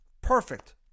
Perfect